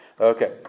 Okay